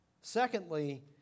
Secondly